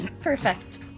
Perfect